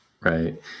right